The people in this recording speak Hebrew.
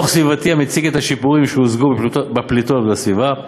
דוח סביבתי המציג את השיפורים שהושגו בפליטות לסביבה.